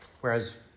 Whereas